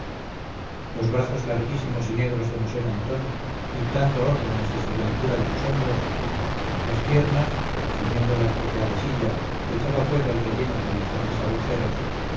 los brazos larguísimos y negros de mosén antón dictando órdenes desde la altura de sus hombros las piernas ciñendo la estropeada silla que echaba fuera el relleno por informes agujeros